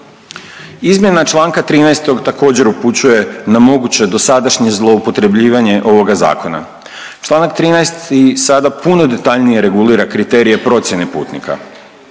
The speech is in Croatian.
Izmjena čl. 13. također, upućuje na moguće dosadašnje zloupotrebljivanje ovoga Zakona. Čl. 13 i sada puno detaljnije regulira kriterije procjene putnika.